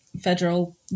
federal